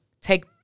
Take